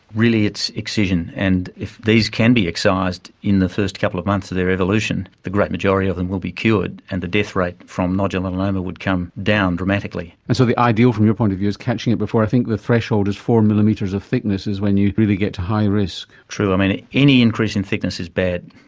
really it's excision, and if these can be excised in the first couple of months of their evolution, the great majority of them will be cured and the death rate from nodular melanoma would come down dramatically. and so the ideal from your point of view is catching it before, i think the threshold is four millimetres of thickness is when you really get to high risk. true. i mean, any increase in thickness is bad,